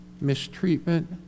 mistreatment